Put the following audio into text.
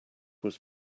was